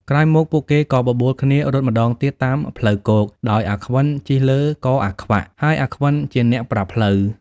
ក្រោយមក ពួកគេក៏បបួលគ្នារត់ម្តងទៀតតាមផ្លូវគោក ដោយអាខ្វិនជិះលើកអាខ្វាក់ ហើយអាខ្វិនជាអ្នកប្រាប់ផ្លូវ ។